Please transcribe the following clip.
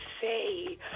say